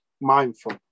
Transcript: mindful